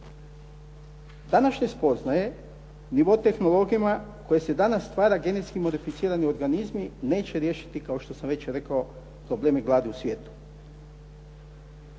Današnje spoznaje i nivo tehnologijama kojima se danas stvaraju genetski modificirani organizmi, neće riješiti kao što sam već rekao probleme gladi u svijetu.